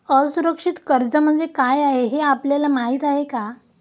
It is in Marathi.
असुरक्षित कर्ज म्हणजे काय हे आपल्याला माहिती आहे का?